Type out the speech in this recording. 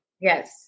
Yes